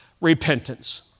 repentance